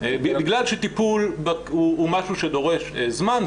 בגלל שטיפול זה משהו שדורש זמן,